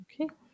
Okay